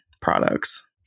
products